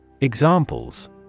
Examples